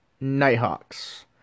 Nighthawks